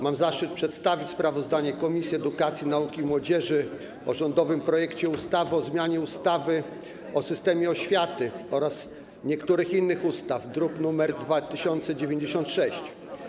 Mam zaszczyt przedstawić sprawozdanie Komisji Edukacji, Nauki i Młodzieży o rządowym projekcie ustawy o zmianie ustawy o systemie oświaty oraz niektórych innych ustaw, druk nr 2096.